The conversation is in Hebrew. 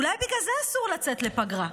אולי בגלל זה אסור לצאת לפגרה.